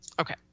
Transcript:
Okay